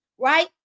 right